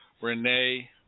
Renee